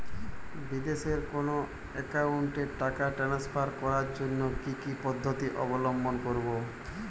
বিদেশের কোনো অ্যাকাউন্টে টাকা ট্রান্সফার করার জন্য কী কী পদ্ধতি অবলম্বন করব?